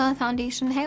foundation